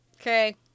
okay